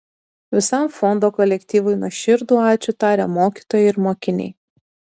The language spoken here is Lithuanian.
visam fondo kolektyvui nuoširdų ačiū taria mokytojai ir mokiniai